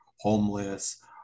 homeless